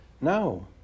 No